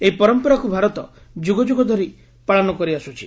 ଏହି ପରମ୍ପରାକୁ ଭାରତ ଯୁଗ ଯୁଗ ଧରି ପାଳନ କରିଆସୁଛି